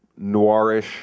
noirish